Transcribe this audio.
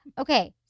Okay